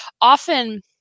Often